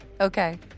okay